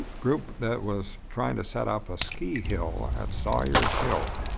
group that was trying to set up a ski hill at sawyer's hill.